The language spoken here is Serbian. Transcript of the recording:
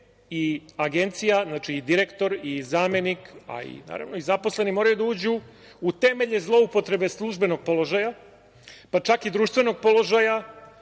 i Agencija, znači i direktor i zamenik, a naravno i zaposleni moraju da uđu u temelje zloupotrebe službenog položaja, pa čak i društvenog položaja,